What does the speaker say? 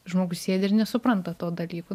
žmogus sėdi ir nesupranta to dalyko